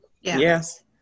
Yes